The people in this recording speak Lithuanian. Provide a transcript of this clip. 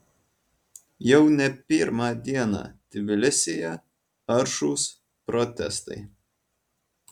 jau ne pirmą dieną tbilisyje aršūs protestai